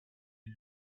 est